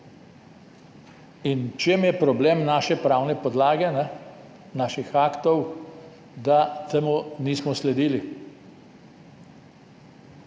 In v čem je problem naše pravne podlage, naših aktov, da temu nismo sledili?